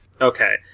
Okay